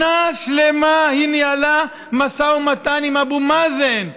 שנה שלמה היא ניהלה משא ומתן עם אבו מאזן,